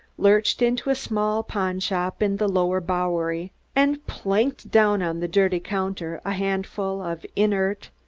lurched into a small pawnshop in the lower bowery and planked down on the dirty counter a handful of inert,